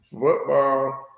football